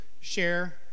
share